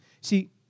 See